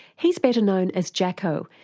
he's better known as jacko,